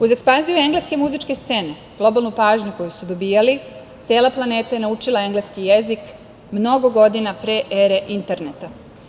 Uz ekspanziju engleske muzičke scene, globalnu pažnju koju su dobijali, cela planeta je naučila engleski jezik mnogo godina pre ere interneta.